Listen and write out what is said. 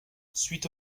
suite